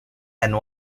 and